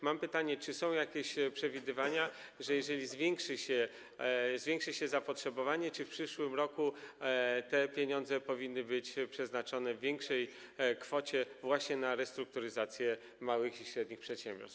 Mam pytanie: Czy są jakieś przewidywania, że jeżeli zwiększy się zapotrzebowanie, to w przyszłym roku te pieniądze powinny być przeznaczone w większej kwocie właśnie na restrukturyzację małych i średnich przedsiębiorstw?